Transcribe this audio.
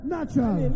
Natural